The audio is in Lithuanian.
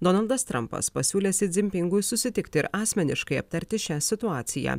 donaldas trampas pasiūlė si dzinpingui susitikti ir asmeniškai aptarti šią situaciją